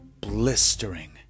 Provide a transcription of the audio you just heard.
Blistering